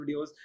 videos